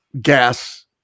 gas